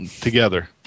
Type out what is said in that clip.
together